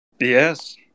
yes